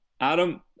Adam